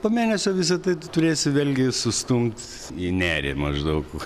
po mėnesio visa tai turėsiu vėlgi sustumt į nerį maždaug